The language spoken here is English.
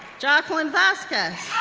jacqueline vazquez,